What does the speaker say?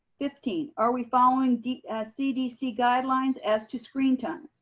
fifteen, are we following the cdc guidelines as to screen time?